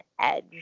edge